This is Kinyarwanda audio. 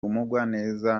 umugwaneza